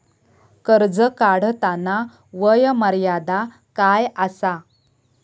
कर्ज काढताना वय मर्यादा काय आसा?